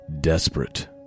desperate